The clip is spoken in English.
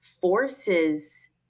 forces